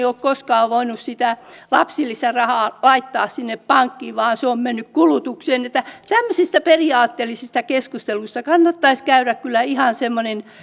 ole koskaan voinut sitä lapsilisärahaa laittaa sinne pankkiin vaan se on mennyt kulutukseen tämmöisistä periaatteellisista asioista kannattaisi käydä kyllä ihan semmoinen